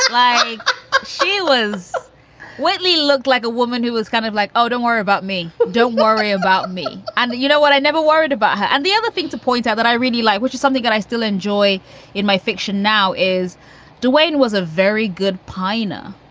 she was witley looked like a woman who was kind of like, oh, don't worry about me. don't worry about me. and you know what? i never worried about her and the other thing to point out that i really like, which is something that i still enjoy in my fiction now, is duane was a very good piner